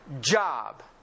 job